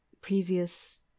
previous